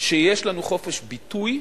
שיש לנו חופש ביטוי,